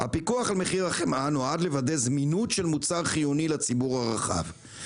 הפיקוח על מחיר החמאה נועד לוודא זמינות של מוצר חיוני לציבור הרחב,